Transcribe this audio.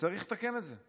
וצריך לתקן את זה.